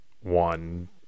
one